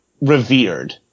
revered